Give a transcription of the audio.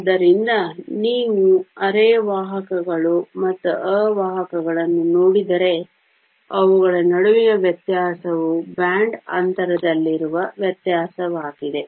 ಆದ್ದರಿಂದ ನೀವು ಅರೆವಾಹಕಗಳು ಮತ್ತು ಅವಾಹಕಗಳನ್ನು ನೋಡಿದರೆ ಅವುಗಳ ನಡುವಿನ ವ್ಯತ್ಯಾಸವು ಬ್ಯಾಂಡ್ ಅಂತರದಲ್ಲಿನ ವ್ಯತ್ಯಾಸವಾಗಿದೆ